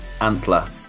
Antler